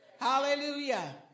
Hallelujah